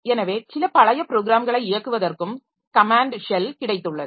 எனவே சில பழைய ப்ரோக்ராம்களை இயக்குவதற்கும் கமேன்ட் ஷெல் கிடைத்துள்ளது